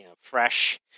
fresh